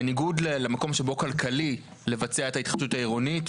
בניגוד למקום שבו כלכלי לבצע את ההתחדשות העירונית,